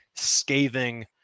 Scathing